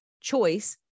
choice